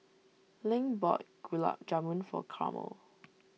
Link bought Gulab Jamun for Carmel